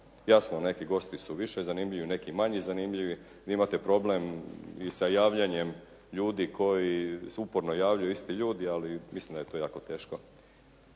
Jasno, neki gosti su više zanimljivi, neki manje zanimljivi. Vi imate problem i sa javljanjem ljudi koji se uporno javljaju isti ljudi ali mislim da je to jako teško